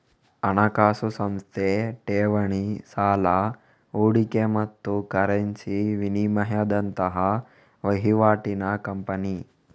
ಹಣಕಾಸು ಸಂಸ್ಥೆ ಠೇವಣಿ, ಸಾಲ, ಹೂಡಿಕೆ ಮತ್ತು ಕರೆನ್ಸಿ ವಿನಿಮಯದಂತಹ ವೈವಾಟಿನ ಕಂಪನಿ